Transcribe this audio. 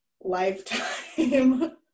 lifetime